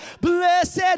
blessed